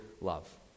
love